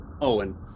Owen